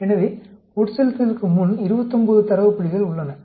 எனவே உட்செலுத்தலுக்கு முன் 29 தரவு புள்ளிகள் உள்ளன